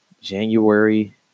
January